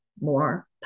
more